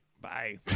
bye